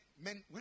men